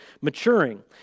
maturing